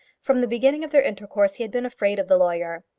from the beginning of their intercourse he had been afraid of the lawyer.